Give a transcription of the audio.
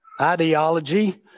ideology